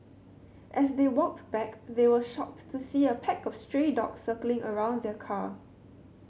as they walked back they were shocked to see a pack of stray dogs circling around the car